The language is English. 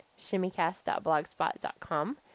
shimmycast.blogspot.com